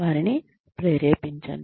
వారిని ప్రేరేపించండి